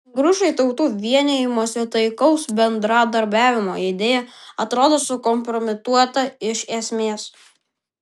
grušui tautų vienijimosi taikaus bendradarbiavimo idėja atrodo sukompromituota iš esmės